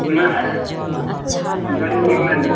नहि डायरी बला नहि यऽ